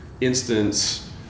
instance